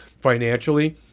financially